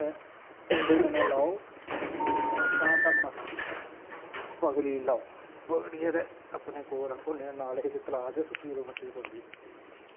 ते कंडे कन्नै लाओ ते मछली पकड़ी लैओ ते पकड़ियै ते अपने कोल रक्खो ते नेईं ता नाले तलाब च सुट्टो पकड़ियै